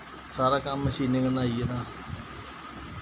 सारा कम्म मशीनें कन्नै आई गेदा